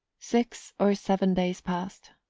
six or seven days passed.